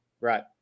right